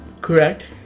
Correct